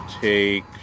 take